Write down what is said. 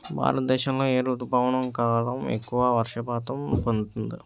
భారతదేశంలో ఏ రుతుపవన కాలం ఎక్కువ వర్షపాతం పొందుతుంది?